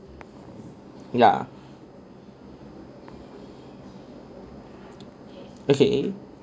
ya okay